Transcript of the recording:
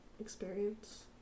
experience